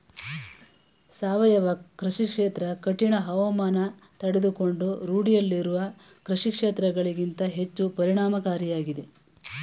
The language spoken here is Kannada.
ಸಾವಯವ ಕೃಷಿ ಕ್ಷೇತ್ರ ಕಠಿಣ ಹವಾಮಾನ ತಡೆದುಕೊಂಡು ರೂಢಿಯಲ್ಲಿರುವ ಕೃಷಿಕ್ಷೇತ್ರಗಳಿಗಿಂತ ಹೆಚ್ಚು ಪರಿಣಾಮಕಾರಿಯಾಗಿದೆ